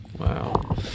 wow